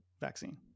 vaccine